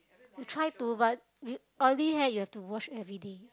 you try to what but oily hair you have wash everyday